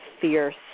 fierce